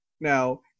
now